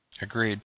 Agreed